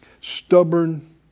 stubborn